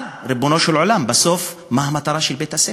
אבל, ריבונו של עולם, בסוף מה המטרה של בית-הספר?